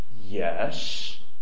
yes